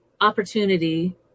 opportunity